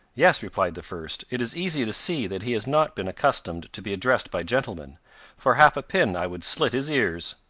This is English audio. yes, replied the first it is easy to see that he has not been accustomed to be addressed by gentlemen for half a pin i would slit his ears!